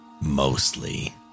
mostly